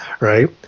right